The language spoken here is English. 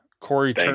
Corey